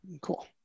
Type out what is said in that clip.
Cool